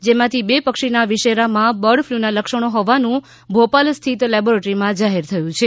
જેમાંથી બે પક્ષીના વિશેરામાં બર્ડફલુના લક્ષણો હોવાનું ભોપાલ સ્થિત લેબોરેટરી જાહેર કર્યું છે